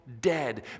dead